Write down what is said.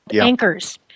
anchors